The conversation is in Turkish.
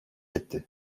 etti